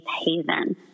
haven